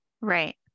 right